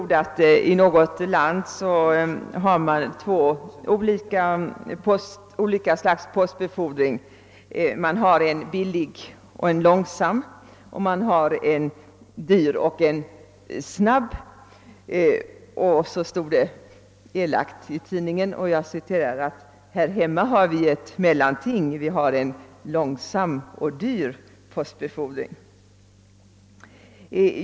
Det hette där att man i ett land hade två olika slag av postbefordring: en billig och långsam samt en dyr och snabb. Här hemma, skrev tidningen elakt, har vi ett mellanting: vi har en långsam och dyr postbefordring!